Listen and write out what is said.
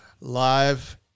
live